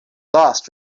lost